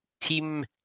Team